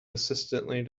insistently